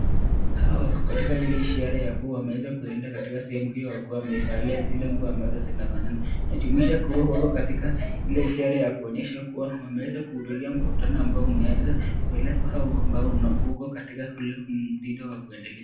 Hawa wako katika ile ishara ya kuwa wameweza kuenda katika sehemu hio kwa kuwa wamevalia zile nguo ambazo zinafanana. Inajuuisha kuwa wako katika ile ishara ya kuonyesha kuwa wameweza kuhudhuria mkutano ambao umeweza kuelekwa au uko katika ule mtindo wa kuendelea.